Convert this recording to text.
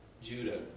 Judah